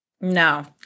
No